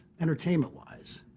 entertainment-wise